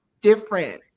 different